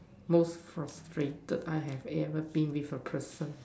most frustrated I have ever been with a person